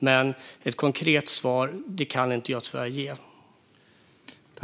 Men jag kan tyvärr inte ge ett konkret svar.